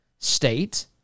state